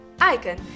ICON